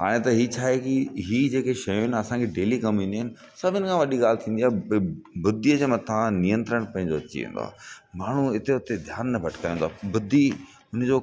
हाणे त इहो छा आहे की इहो जेके शयूं आहिनि असांखे डेली कमु ईंदियूं आहिनि सभिनि खां वॾी ॻाल्हि थींदी आहे बुधीअ जे मथा नियंत्रण पंहिंजो अची वेंदो आहे माण्हू हिते हुते ध्यान न भटकाईंदो आ बुधी हुन जो ऐं